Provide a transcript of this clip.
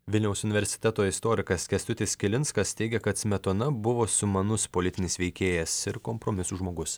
vilniaus universiteto istorikas kęstutis kilinskas teigia kad smetona buvo sumanus politinis veikėjas ir kompromisų žmogus